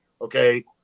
okay